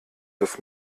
das